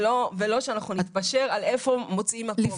ולא שאנחנו נתפשר על איפה מוצאים מקום.